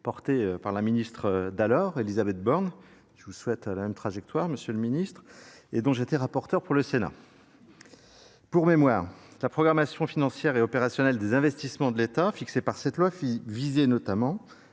portée par la ministre d'alors elisabeth borne je vous souhaite la même trajectoire, M. le ministre et dont j'étais rapporteur pour le Sénat. Pour mémoire, la programmation financière et opérationnelle des investissements de l'état fixée par cette loi qui visait notamment